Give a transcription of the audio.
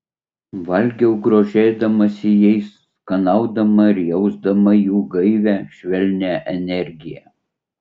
valgiau grožėdamasi jais skanaudama ir jausdama jų gaivią švelnią energiją